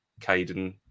Caden